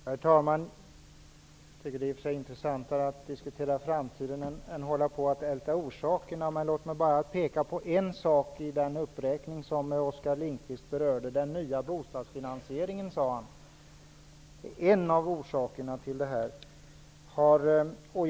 Herr talman! Jag tycker i och för sig att det är intressantare att debattera framtiden än att älta orsaker. Men låt mig bara peka på en sak i den uppräkning som Oskar Lindkvist gjorde. Han nämnde den nya bostadsfinansieringen som en orsak till svårigheterna.